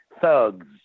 thugs